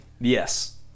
Yes